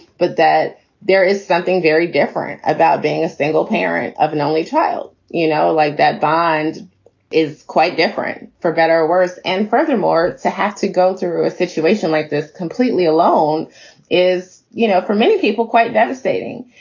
but that there is something very different about being a single parent of an only child you know, like that bond is quite different for better or worse. and furthermore, to have to go through a situation like this completely alone is, you know, for many people, quite devastating.